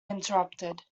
interrupted